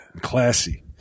classy